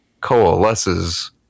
coalesces